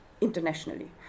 internationally